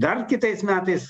dar kitais metais